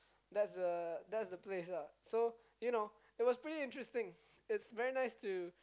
that's a that's the place ah you know it was pretty interesting it's very nice to